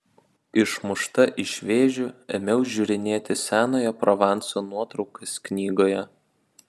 išmušta iš vėžių ėmiau žiūrinėti senojo provanso nuotraukas knygoje